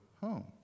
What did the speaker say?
home